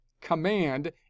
command